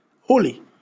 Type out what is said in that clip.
holy